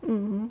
mmhmm